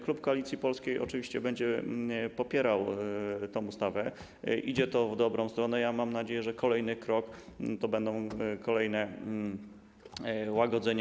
Klub Koalicji Polskiej oczywiście będzie popierał tę ustawę, idzie to w dobrą stronę, a mam nadzieję, że kolejny krok to będą kolejne łagodzenia.